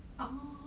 orh